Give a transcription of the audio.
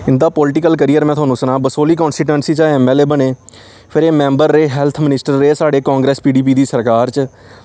इंंदा political career में थुआनूं सनां बसोह्ली कांसीचुएंसी चा एह् एम एल ए बने फि एह् मैंबर रेह् हैल्थ मिनिस्टरे रेह् साढ़े कांग्रस पी डी पी दी सरकार च